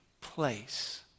place